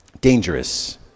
Dangerous